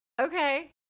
okay